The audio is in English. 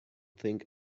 think